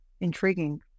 intriguing